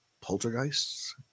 Poltergeists